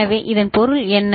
எனவே இதன் பொருள் என்ன